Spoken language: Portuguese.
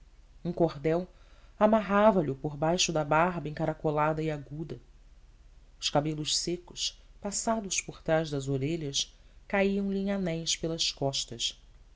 um cordel amarrava lho por baixo da barba encaracolada e aguda os cabelos secos passados por trás das orelhas caíam-lhe em anéis pelas costas